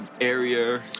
area